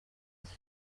gihe